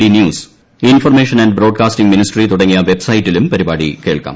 D news information and broadcasting ministry തുടങ്ങിയ വെബ്സൈറ്റിലും പരിപാടി കേൾക്കാം